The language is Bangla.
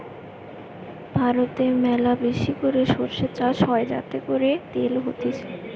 ভারতে ম্যালাবেশি করে সরষে চাষ হয় যাতে করে তেল হতিছে